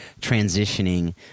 transitioning